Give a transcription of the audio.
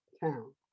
town